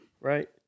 right